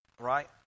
right